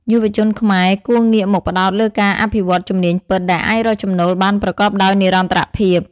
យុវជនខ្មែរគួរងាកមកផ្តោតលើការអភិវឌ្ឍ "ជំនាញពិត" ដែលអាចរកចំណូលបានប្រកបដោយនិរន្តរភាព។